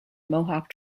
mohawk